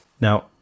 now